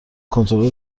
کنترل